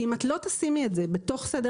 כי אם את לא תשימי את זה בתוך סדר